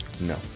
No